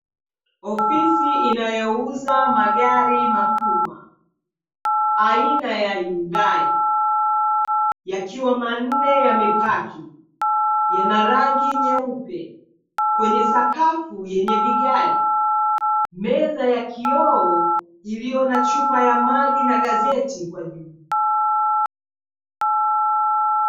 Ofisi inayouza magari makubwa, aina ya HYUNDAI, yakiwa manne yamepaki, yanarangi nyeupe, kwenye sakafu yenye vigae; Meza ya kioo iliyo na chupa ya maji na gazeti kwa juu.